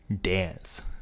dance